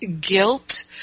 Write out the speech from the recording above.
guilt